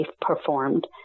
performed